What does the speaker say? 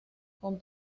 con